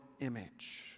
image